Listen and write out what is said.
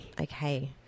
okay